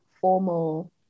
formal